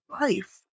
life